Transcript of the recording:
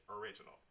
original